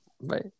Bye